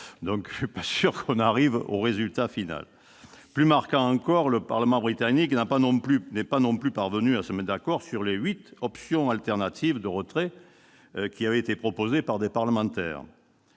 et je ne suis pas sûr que nous arrivions au résultat final espéré. Plus marquant encore, le Parlement britannique n'est pas non plus parvenu à se mettre d'accord sur les huit options alternatives de retrait qui avaient été proposées par des parlementaires.